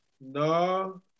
No